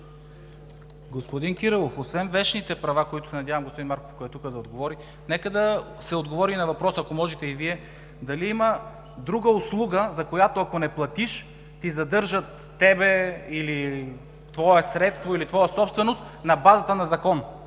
Господин Кирилов, за вещните права може да отговори господин Марков, ако е тук, но нека да се отговори и на въпроса, ако можете и Вие: дали има друга услуга, за която ако не платиш, задържат теб, твое средство или твоя собственост на базата на закон?!